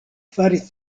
faris